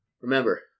Remember